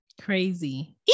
crazy